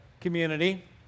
community